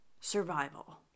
survival